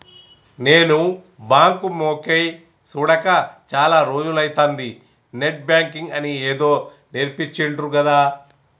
నేను బాంకు మొకేయ్ సూడక చాల రోజులైతంది, నెట్ బాంకింగ్ అని ఏదో నేర్పించిండ్రు గదా